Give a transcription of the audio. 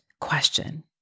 question